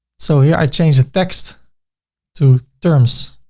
so here i change the text to terms